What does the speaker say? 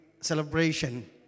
celebration